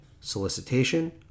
solicitation